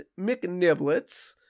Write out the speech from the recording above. McNiblets